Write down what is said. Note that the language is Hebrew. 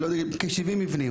כ-70 מבנים.